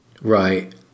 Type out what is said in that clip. Right